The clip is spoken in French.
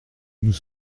nous